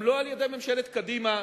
גם לא על-ידי ממשלת קדימה.